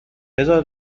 بذار